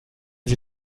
sie